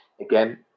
again